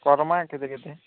କରମା କେତେ କେତେ